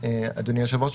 אדוני היושב-ראש,